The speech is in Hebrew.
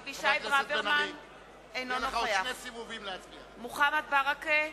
אינו נוכח מוחמד ברכה,